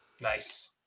nice